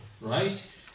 right